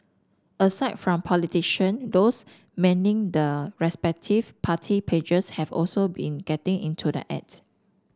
aside from politician those manning the respective party pages have also been getting into the act